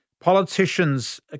Politicians